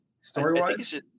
story-wise